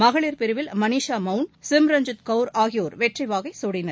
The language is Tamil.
மகளிர் பிரிவில் மணிஷா மவுன் சிம்ரன்ஜித் கவர் ஆகியோர் வெற்றி வாகை சூடினர்